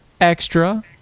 extra